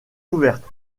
ouverte